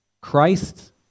Christ